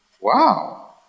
Wow